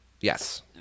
yes